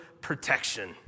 protection